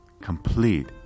complete